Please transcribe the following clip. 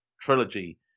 trilogy